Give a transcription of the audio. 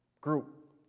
group